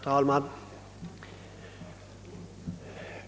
Herr talman!